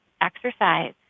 exercise